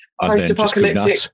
post-apocalyptic